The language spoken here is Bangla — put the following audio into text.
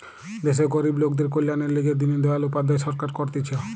দেশের গরিব লোকদের কল্যাণের লিগে দিন দয়াল উপাধ্যায় সরকার করতিছে